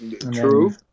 true